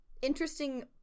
Interesting